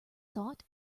thought